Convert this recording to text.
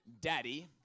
daddy